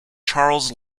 charles